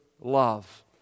love